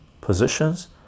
positions